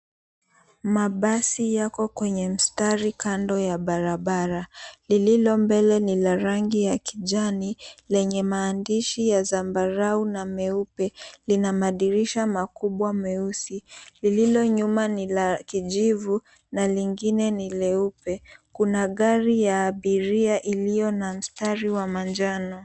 Mabasi yako kwenye mstari kando ya barabara. Lililo mbele ni la rangi ya kijani lenye maandishi ya zambarau na meupe lina madirisha makubwa meusi. Lililo nyuma ni la kijivu na lengine ni leupe. Kuna gari ya abiria iliyo na mstari wa manjano.